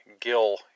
Gill